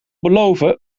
beloven